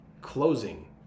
closing